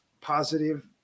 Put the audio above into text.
positive